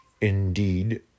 indeed